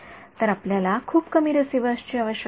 तर आपल्याला खूप कमी रिसीव्हर्सची आवश्यकता आहे